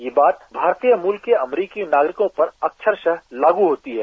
ये बात भारतीय मूल के अमरीकी नागरिकों पर अक्षरस लागू होती है